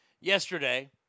yesterday